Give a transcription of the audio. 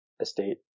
estate